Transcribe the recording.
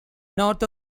north